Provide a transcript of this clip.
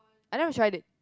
I've never tried it